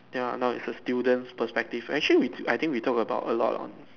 ya now it's a students perspective actually we I think we talk about a lot on